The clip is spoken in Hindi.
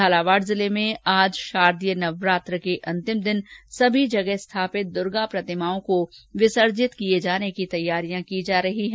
झालावाड जिले में आज शारदीय नवरात्रि के अंतिम दिन आज सभी जगह स्थापित दुर्गा प्रतिमाओं को विसर्जित किए जाने की तैयारियां की जा रही हैं